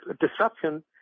disruption